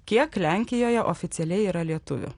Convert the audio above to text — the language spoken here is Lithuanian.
kiek lenkijoje oficialiai yra lietuvių